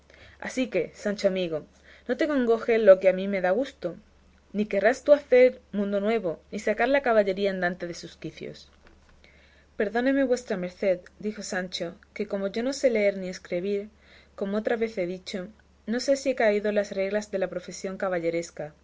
así que sancho amigo no te congoje lo que a mí me da gusto ni querrás tú hacer mundo nuevo ni sacar la caballería andante de sus quicios perdóneme vuestra merced dijo sancho que como yo no sé leer ni escrebir como otra vez he dicho no sé ni he caído en las reglas de la profesión